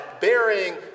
bearing